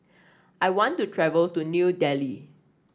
I want to travel to New Delhi